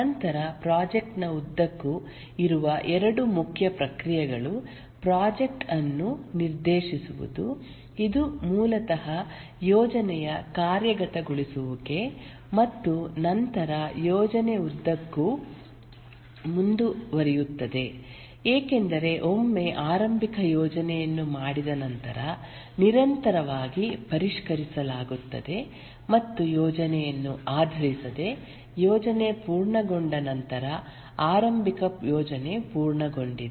ನಂತರ ಪ್ರಾಜೆಕ್ಟ್ ನ ಉದ್ದಕ್ಕೂ ಇರುವ 2 ಮುಖ್ಯ ಪ್ರಕ್ರಿಯೆಗಳು ಪ್ರಾಜೆಕ್ಟ್ ಅನ್ನು ನಿರ್ದೇಶಿಸುವುದು ಇದು ಮೂಲತಃ ಯೋಜನೆಯ ಕಾರ್ಯಗತಗೊಳಿಸುವಿಕೆ ಮತ್ತು ನಂತರ ಯೋಜನೆ ಉದ್ದಕ್ಕೂ ಮುಂದುವರಿಯುತ್ತದೆ ಏಕೆಂದರೆ ಒಮ್ಮೆ ಆರಂಭಿಕ ಯೋಜನೆಯನ್ನು ಮಾಡಿದ ನಂತರ ನಿರಂತರವಾಗಿ ಪರಿಷ್ಕರಿಸಲಾಗುತ್ತದೆ ಮತ್ತು ಯೋಜನೆಯನ್ನು ಆಧರಿಸಿದೆ ಯೋಜನೆ ಪೂರ್ಣಗೊಂಡ ನಂತರ ಆರಂಭಿಕ ಯೋಜನೆ ಪೂರ್ಣಗೊಂಡಿದೆ